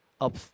up